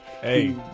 Hey